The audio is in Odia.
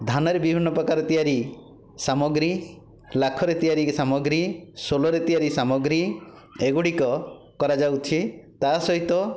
ଧାନରେ ବିଭିନ୍ନ ପ୍ରକାର ତିଆରି ସାମଗ୍ରୀ ଲାଖରେ ତିଆରି ସାମଗ୍ରୀ ସୋଲରେ ତିଆରି ସାମଗ୍ରୀ ଏଗୁଡ଼ିକ କରାଯାଉଛି ତା' ସହିତ